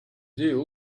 deal